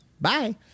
Bye